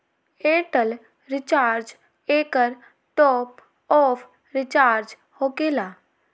Airtel recharge एकर top off recharge होकेला?